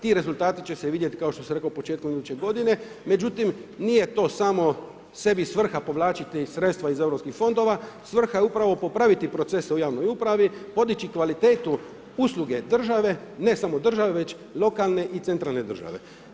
Ti rezultati će se vidjeti kao što sam rekao početkom iduće godine, međutim nije to samo sebi svrha povlačiti sredstva iz Europskih fondova, svrha je upravo popraviti procese u javnoj upravi, podiči kvalitetu usluge države, ne samo države već lokalne i centralne države.